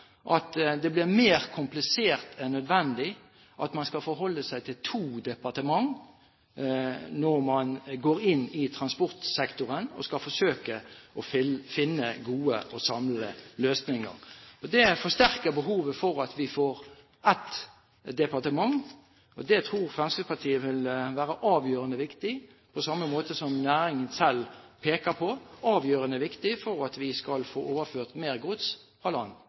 at det blir mer komplisert enn nødvendig at man skal forholde seg til to departement når man går inn i transportsektoren og forsøker å finne gode og samlende løsninger. Det forsterker behovet for at vi får ett departement. Det tror Fremskrittspartiet vil være avgjørende viktig, på samme måte som næringen selv peker på det som avgjørende viktig for at vi skal få overført mer gods fra land